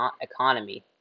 economy